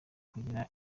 kugira